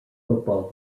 football